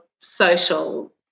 social